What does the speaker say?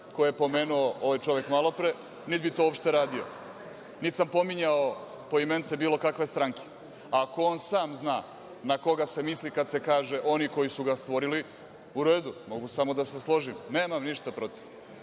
koje je pomenuo onaj čovek malopre, niti bih to uopšte radio, niti sam pominjao poimence bilo kakve stranke. Ako on sam zna na koga se misli kada se kaže – oni koji su ga stvorili, u redu, mogu samo da se složim, nemam ništa protiv.